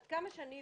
עד כמה שהבנתי,